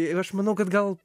ir aš manau kad gal